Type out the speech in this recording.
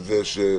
סער,